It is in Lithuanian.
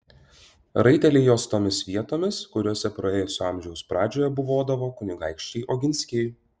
raiteliai jos tomis vietomis kuriose praėjusio amžiaus pradžioje buvodavo kunigaikščiai oginskiai